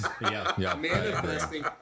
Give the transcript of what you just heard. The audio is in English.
manifesting